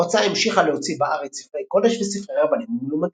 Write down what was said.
ההוצאה המשיכה להוציא בארץ ספרי קודש וספרי רבנים ומלומדים.